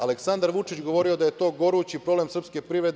Aleksandar Vučić govorio da je to gorući problem srpske privrede?